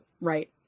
right